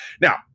Now